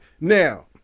Now